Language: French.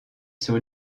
sur